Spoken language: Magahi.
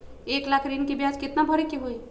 एक लाख ऋन के ब्याज केतना भरे के होई?